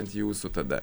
ant jūsų tada